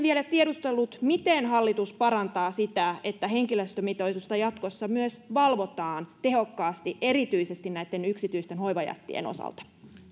vielä tiedustellut miten hallitus parantaa sitä että henkilöstömitoitusta jatkossa myös valvotaan tehokkaasti erityisesti näitten yksityisten hoivajättien osalta